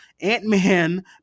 Ant-Man